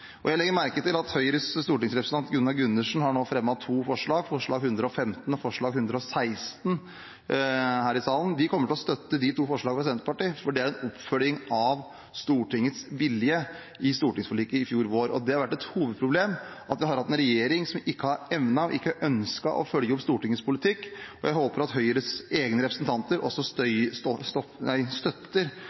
ulvesaken. Jeg legger merke til at Høyres stortingsrepresentant Gunnar Gundersen nå har fremmet to forslag, forslag nr. 115 og forslag nr. 116, her i salen. Vi i Senterpartiet kommer til å støtte de to forslagene, for det er en oppfølging av Stortingets vilje i stortingsforliket i fjor vår, og det har vært et hovedproblem at vi har hatt en regjering som ikke har evnet og ikke ønsket å følge opp Stortingets politikk, og jeg håper at Høyres egne representanter også støtter